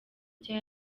nshya